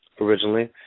originally